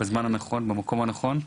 בזמן הנכון ובמקום הנכון.